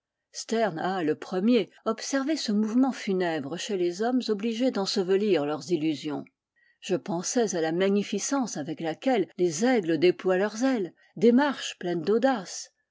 sterne a le premier observé ce mouvement funèbre chez les hommes obhgés d'ensevelir leurs illusions je pensais à la magnificence avec laquelle les aigles déploient leurs ailes démarche pleine d'audace